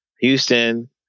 Houston